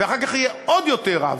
ואחר כך יהיה עוד יותר רע.